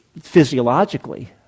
physiologically